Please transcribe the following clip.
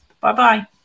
Bye-bye